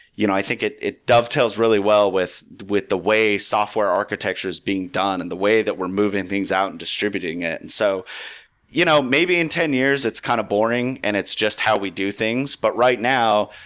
you know i think it it dovetails really well with with the way software architecture is being done, and the way that we're moving things out and distributing it. and so you know maybe in ten years, it's kind of boring and it's just how we do things. but right now,